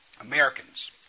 Americans